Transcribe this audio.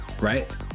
right